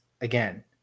again